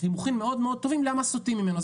תימוכין מאוד מאוד טובים למה סוטים ממנו.